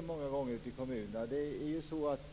många gånger förenat med problem ute i kommunerna.